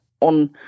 on